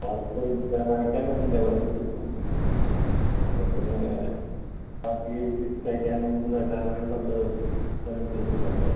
വാർപ്പ് കഴിഞ്ഞ് പിന്നെ നനയ്ക്കാൻ അപ്പം പിന്നെ ബാക്കി തേയ്ക്കാനും ഇതും എല്ലാം കൂടി പത്ത് ദിവസം